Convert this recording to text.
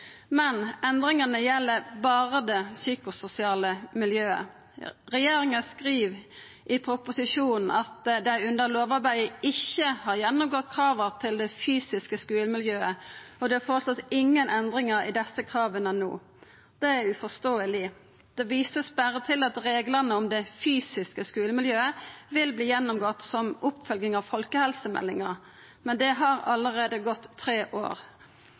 Men endringane gjeld berre det psykososiale miljøet. Regjeringa skriv i proposisjonen at dei under lovarbeidet ikkje har gjennomgått krava til det fysiske skulemiljøet, «og det foreslås ikke endringer i disse kravene nå». Det er uforståeleg. Det vert berre vist til at reglane om det fysiske skulemiljøet vil verta gjennomgått som oppfølging av folkehelsemeldinga. Men det har allereie gått tre år,